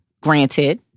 Granted